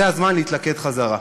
זה הזמן להתלכד חזרה,